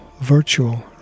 virtual